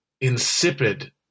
insipid